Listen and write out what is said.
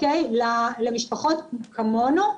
למשפחות כמונו,